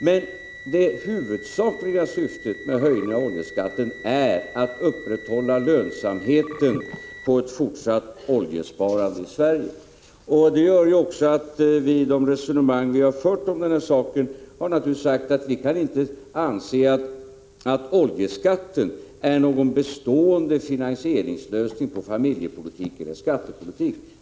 Men det huvudsakliga syftet med höjningen av oljeskatten är att upprätthålla lönsamheten på ett fortsatt oljesparande i Sverige. Det gör också att vi, vid de resonemang vi har fört om den saken, naturligtvis har sagt att vi inte kan anse att oljeskatten är någon bestående finansieringslösning på familjepolitik eller skattepolitik.